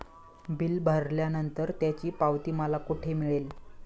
Bill भरल्यानंतर त्याची पावती मला कुठे मिळेल?